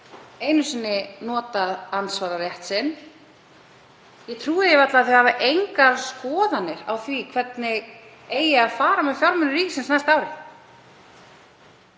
einu sinni notað andsvararétt sinn. Ég trúi því varla að þau hafi engar skoðanir á því hvernig eigi að fara með fjármuni ríkisins á næsta ári.